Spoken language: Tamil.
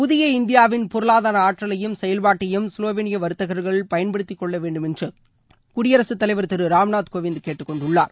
புதிய இந்தியாவின் பொருளாதார ஆற்றலையும் செயல்பாட்டையும் சுலோவேனிய வர்த்தகர்கள் பயன்படுத்திக்கொள்ள வேண்டும்என்று குயடிரசு தலைவர் திரு ராம்நாத் கோவிந்த் கேட்டுக்கொண்டுள்ளார்